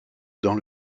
dans